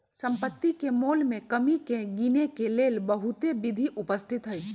सम्पति के मोल में कमी के गिनेके लेल बहुते विधि उपस्थित हई